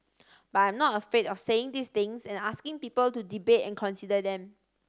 but I'm not afraid of saying these things and asking people to debate and consider them